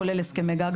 כולל הסכמי גג,